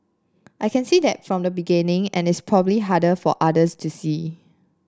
I can see that from the beginning and it's probably harder for others to see